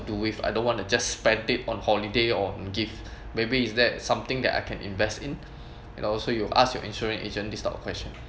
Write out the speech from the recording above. do with I don't want to just spent it on holiday or gift maybe is that something that I can invest in and also you ask your insurance agent this type of question